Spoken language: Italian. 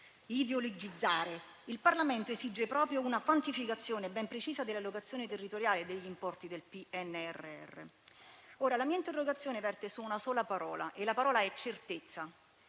ideologizzare. Il Parlamento esige proprio una quantificazione ben precisa dell'allocazione territoriale degli importi del PNRR. La mia interrogazione verte su una sola parola: certezza.